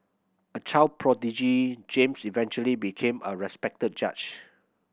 a child prodigy James eventually became a respected judge